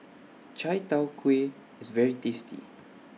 Chai Tow Kway IS very tasty